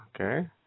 Okay